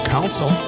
Council